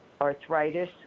arthritis